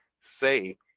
say